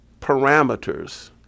parameters